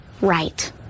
right